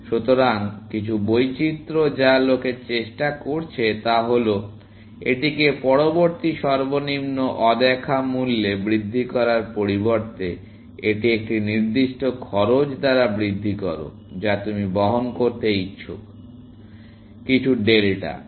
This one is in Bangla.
সুতরাং কিছু বৈচিত্র যা লোকে চেষ্টা করছে তা হল এটিকে পরবর্তী সর্বনিম্ন অদেখা মূল্যে বৃদ্ধি করার পরিবর্তে এটি একটি নির্দিষ্ট খরচ দ্বারা বৃদ্ধি করো যা তুমি বহন করতে ইচ্ছুক মূলত কিছু ডেল্টা